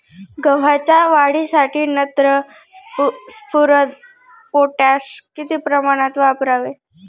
गव्हाच्या वाढीसाठी नत्र, स्फुरद, पोटॅश किती प्रमाणात वापरावे?